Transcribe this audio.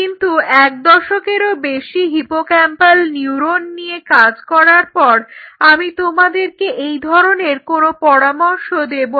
কিন্তু এক দশকেরও বেশি হিপোক্যাম্পাল নিউরন নিয়ে কাজ করার পর আমি তোমাদেরকে এই ধরনের কোনো পরামর্শ দেব না